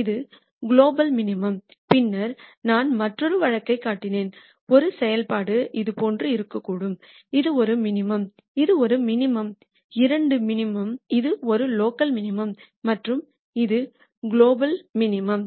இது குலோபல் மினிமம்மாகும் பின்னர் நான் மற்றொரு கேஸ்க் காட்டினேன் ஒரு செயல்பாடு இதுபோன்று இருக்கக்கூடும் இது ஒரு மினிமம் இது ஒரு மினிமம் இரண்டும் மினிமா இது ஒரு லோக்கல் மினிமம் மற்றும் இது குலோபல் விய மினிமம்